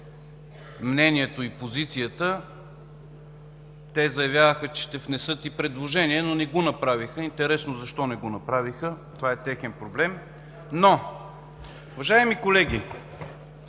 мнението и позицията. Те заявяваха, че ще внесат и предложение, но не го направиха. Интересно защо не го направиха!? Това е техен проблем. Уважаеми колеги,